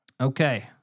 Okay